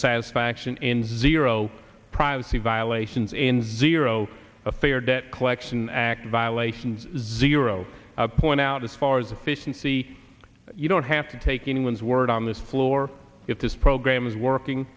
satisfaction in zero privacy violations in virago a fair debt collection act violations zero point out as far as efficiency you don't have to take anyone's word on this floor if this program is working